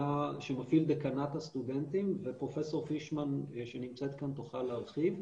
דיקנט הסטודנטים ופרופ' פישמן שנמצאת כאן תוכל להרחיב.